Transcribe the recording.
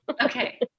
Okay